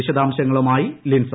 വിശദാംശങ്ങളുമായി ലിൻസ